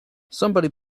somebody